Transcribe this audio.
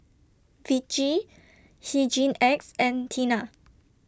Vichy Hygin X and Tena